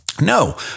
no